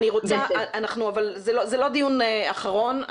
אבל זה לא דיון אחרון.